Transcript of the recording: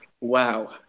Wow